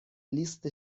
لیست